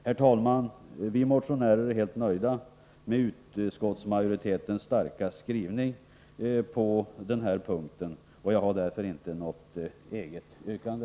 Herr talman! Vi motionärer är helt nöjda med utskottsmajoritetens starka skrivning på denna punkt. Därför har jag inget eget yrkande.